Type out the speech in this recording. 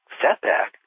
setback